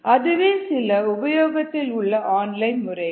இதுவே சில உபயோகத்தில் உள்ள ஆன்லைன் முறைகள்